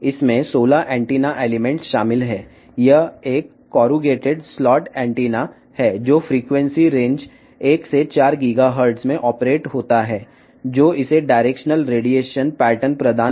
ఇది 16 యాంటెన్నా మూలకాలను కలిగి ఉంటుంది ఇది 1 నుండి 4 GHz ఫ్రీక్వెన్సీ పరిధిలో పనిచేసే కరుగేటెడ్ స్లాట్ యాంటెన్నా ఇది డైరెక్షనల్ రేడియేషన్ నమూనాను అందిస్తుంది